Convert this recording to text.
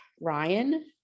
Ryan